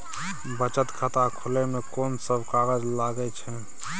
बचत खाता खुले मे कोन सब कागज लागे छै?